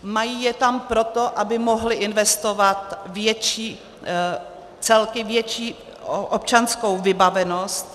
Mají je tam proto, aby mohly investovat větší celky, větší občanskou vybavenost.